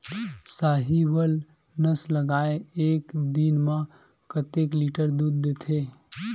साहीवल नस्ल गाय एक दिन म कतेक लीटर दूध देथे?